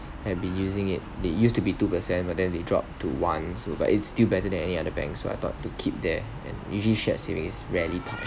have been using it they used to be two percent but then they dropped to one so but it's still better than any other bank so I thought to keep there and usually shared saving's really touched